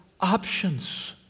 options